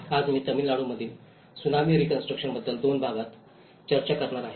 आज मी तामिळनाडूमधील त्सुनामी रीकॉन्स्ट्रुकशन बद्दल दोन भागात चर्चा करणार आहे